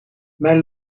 mijn